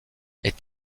est